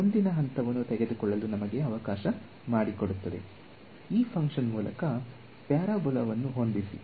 ಮುಂದಿನ ಹಂತವನ್ನು ತೆಗೆದುಕೊಳ್ಳಲು ನಮಗೆ ಅವಕಾಶ ಮಾಡಿಕೊಡುತ್ತದೆ ಈ ಫಂಕ್ಷನ್ ಮೂಲಕ ಪ್ಯಾರಾಬೋಲಾವನ್ನು ಹೊಂದಿಸಿ